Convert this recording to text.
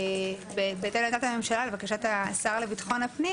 בהתאם לעמדת הממשלה לבקשת השר לביטחון הפנים